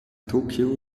tokyo